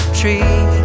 tree